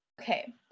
Okay